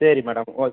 சரி மேடம்